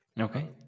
Okay